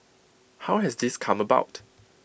how has this come about